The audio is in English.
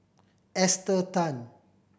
Esther Tan